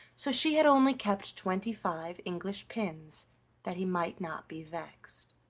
so she had only kept twenty-five english pins that he might not be vexed.